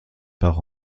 par